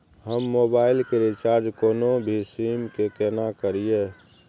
हम मोबाइल के रिचार्ज कोनो भी सीम के केना करिए?